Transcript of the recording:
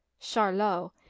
Charlot